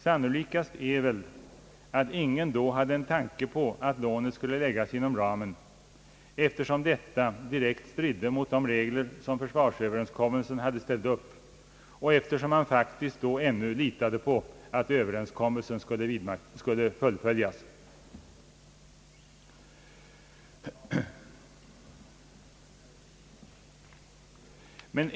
Sannolikast är väl att ingen då hade en tanke på att lånet skulle läggas inom ramen, eftersom detta direkt strider mot de regler som försvarsöverenskommelsen hade dragit upp och eftersom man faktiskt då ännu litade på att överenskommelsen skulle följas.